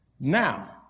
Now